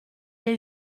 est